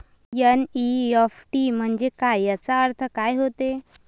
NEFT म्हंजे काय, त्याचा अर्थ काय होते?